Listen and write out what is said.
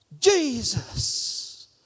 Jesus